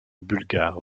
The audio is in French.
bulgare